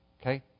Okay